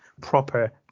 proper